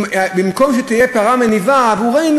במקום שתהיה פרה מניבה עבורנו,